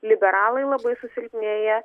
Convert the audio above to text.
liberalai labai susilpnėję